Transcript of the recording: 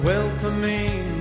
Welcoming